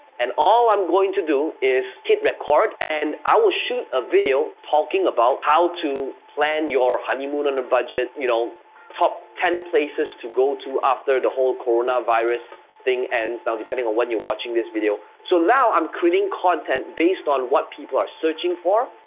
and all i'm going to do is hit record, and i will shoot a video talking about how to plan your honeymoon on a budget, you know top ten places to go to after the whole coronavirus thing ends, now depending on when you're watching this video. so now i'm creating content based on what people are searching for,